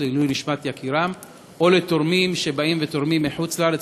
לעילוי נשמת יקירן או לתורמים שבאים מחוץ-לארץ,